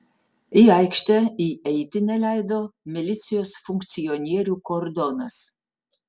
į aikštę įeiti neleido milicijos funkcionierių kordonas